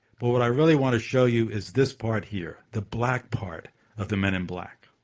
but what i really want to show you is this part here the black part of the men in black.